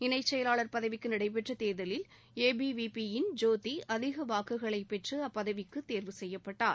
இணைச்செயலாளர் பதவிக்கு நடைபெற்ற தேர்தலில் ஏபிவிபி யின் ஜோதி அதிக வாக்குகளை பெற்று அப்பதவிக்கு தேர்வு செய்யப்பட்டார்